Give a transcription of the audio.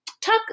talk